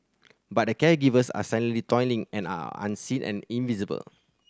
but the caregivers are silently toiling and are unseen and invisible